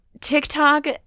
TikTok